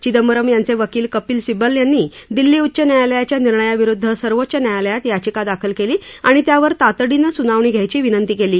चिदंबरम यांचे वकील कपील सिब्बल यांनी दिल्ली उच्च न्यायालयाच्या निर्णयाविरुद्ध सर्वोच्च न्यायालयात याचिका दाखल केली आणि त्यावर तातडीनं सुनावणी घ्यायची विनंती केली